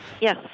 Yes